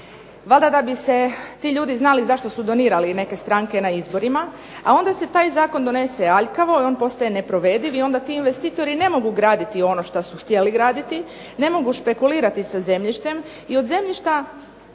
valjda da bi se ti ljudi znali zašto su donirali neke stranke na izborima, a onda se taj zakon donese aljkavo i on postaje nepovrediv i onda ti investitori ne mogu graditi ono što su htjeli graditi, ne mogu špekulirati sa zemljištem i od zemljišta